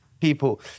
people